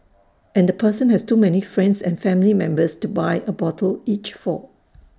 and the person has too many friends and family members to buy A bottle each for